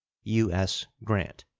u s. grant.